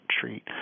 treat